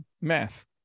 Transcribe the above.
math